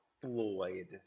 Floyd